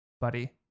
buddy